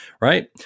right